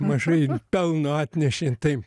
mažai pelno atnešė tai